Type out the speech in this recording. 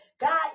God